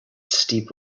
steep